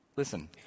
Listen